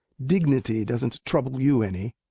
dignity doesn't trouble you any!